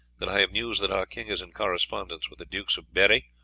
that i have news that our king is in correspondence with the dukes of berri,